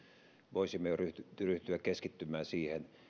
voisimme jo ryhtyä keskittymään siihen